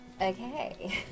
Okay